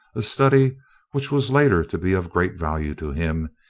a study which was later to be of great value to him,